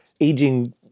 aging